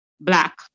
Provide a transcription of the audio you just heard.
Black